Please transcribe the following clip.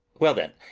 well then,